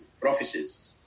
prophecies